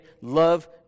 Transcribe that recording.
love